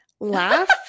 laugh